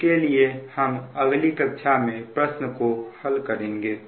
इसके लिए हम अगली कक्षा में प्रश्न को हल करेंगे